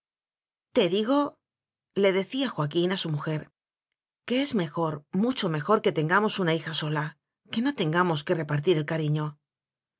vida te digole decía joaquín a su mujer que es mejor mucho mejor que tengamos una hija sola que no tengamos que repartir el cariño